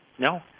No